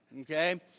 Okay